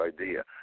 idea